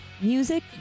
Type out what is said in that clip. music